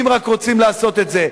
אם רק רוצים לעשות את זה.